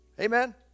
Amen